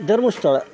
Dharmasthala